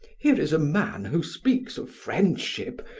here is a man who speaks of friendship,